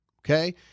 Okay